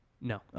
No